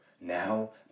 Now